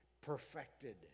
perfected